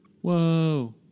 Whoa